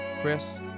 Chris